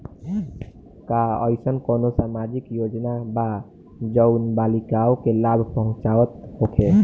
का एइसन कौनो सामाजिक योजना बा जउन बालिकाओं के लाभ पहुँचावत होखे?